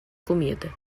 comida